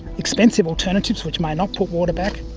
expensive alternatives which may not put water back.